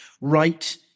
right